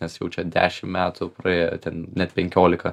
nes jau čia dešimt metų praėjo ten net penkiolika